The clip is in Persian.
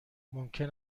ممکن